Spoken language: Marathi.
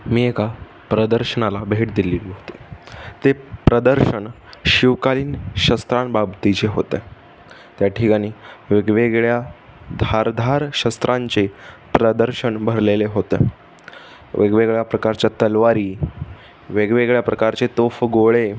मी एका प्रदर्शनाला भेट दिलेली होती ते प्रदर्शन शिवकालीन शस्त्रांबाबतीचे होते त्याठिकाणी वेगवेगळ्या धारदार शस्त्रांचे प्रदर्शन भरलेले होतं वेगवेगळ्या प्रकारच्या तलवारी वेगवेगळ्या प्रकारचे तोफ गोळे